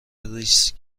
ریسک